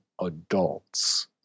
adults